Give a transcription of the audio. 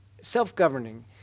Self-governing